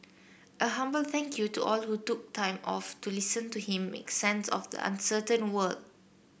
a humble thank you to all who took time off to listen to him make sense of the uncertain world